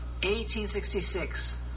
1866